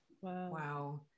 wow